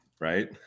right